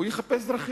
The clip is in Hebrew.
הוא יחפש דרכים,